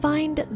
Find